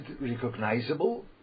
recognizable